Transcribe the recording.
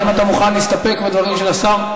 האם אתה מוכן להסתפק בדברים של השר?